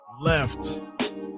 left